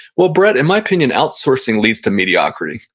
well brett, in my opinion, outsourcing leads to mediocrity.